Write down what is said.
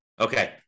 Okay